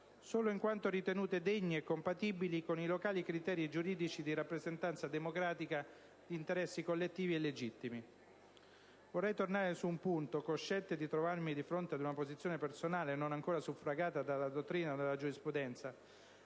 solo in quanto ritenute degne e compatibili con i locali criteri giuridici di rappresentanza democratica di interessi collettivi e legittimi. Vorrei tornare su un punto, cosciente di trovarmi di fronte ad una posizione personale non ancora suffragata dalla dottrina o dalla giurisprudenza,